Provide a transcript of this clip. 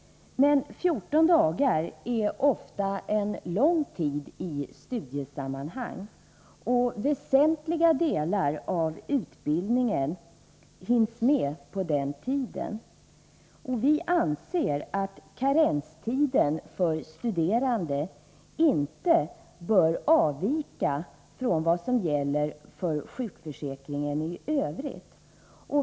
14 dagar är ofta en lång tid i studiesammanhang, och väsentliga delar av utbildningen hinns med på denna tid. Vi anser att karenstiden för studerande inte bör avvika från vad som gäller för sjukförsäkringen i övrigt.